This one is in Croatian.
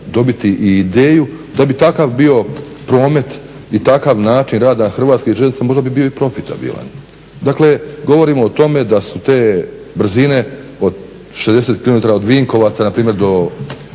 dobiti i ideju da bi takav bio promet i takav način HŽ-a, možda bi bio i profitabilan. Dakle, govorimo o tome da su te brzine od 60km, od Vinkovaca, npr. do Zagreba